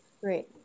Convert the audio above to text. Great